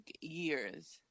years